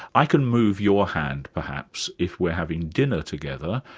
i can move your hand perhaps, if we're having dinner together,